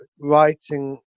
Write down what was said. writing